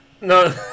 No